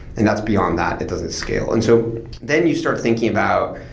and that's beyond that. it doesn't scale and so then you start thinking about,